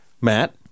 Matt